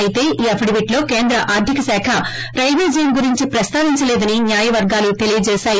అయితే ఈ అఫిడవిట్లో కేంద్ర ఆర్థిక శాఖ రైల్వేజోన్ గురించి ప్రస్తా వించలేదని న్యాయవర్గా తెలియచేసాయి